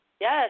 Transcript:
Yes